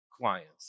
clients